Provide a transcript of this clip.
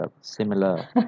similar